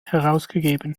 herausgegeben